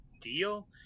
deal